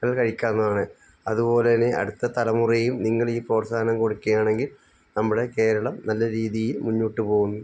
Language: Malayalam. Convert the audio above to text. കൾ കഴിക്കാവുന്നതാണ് അതുപോലെത്തന്നെ അടുത്ത തലമുറയും നിങ്ങളീ പ്രോത്സാഹനം കൊടുക്കുകയാണെങ്കിൽ നമ്മുടെ കേരളം നല്ല രീതിയിൽ മുന്നോട്ട് പോകുന്നു